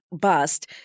bust